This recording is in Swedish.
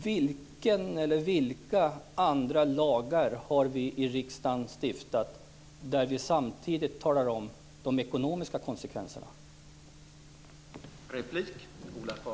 Vilken eller vilka andra lagar har vi stiftat i riksdagen där vi samtidigt talar om de ekonomiska konsekvenserna, Ola Karlsson?